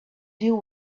deal